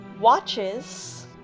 Watches